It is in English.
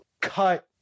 cut